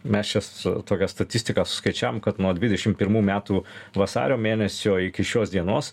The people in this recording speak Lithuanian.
mes čia su tokią statistiką suskaičiavom kad nuo dvidešim pirmų metų vasario mėnesio iki šios dienos